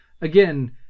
again